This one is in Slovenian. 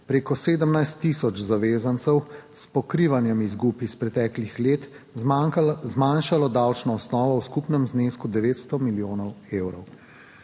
preko 17 tisoč zavezancev s pokrivanjem izgub iz preteklih let zmanjšalo davčno osnovo v skupnem znesku 900 milijonov evrov.